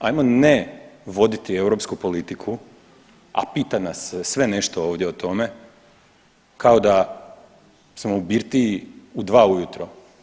Hajmo ne voditi europsku politiku, a pita nas sve nešto ovdje o tome kao da smo u birtiji u dva u jutro.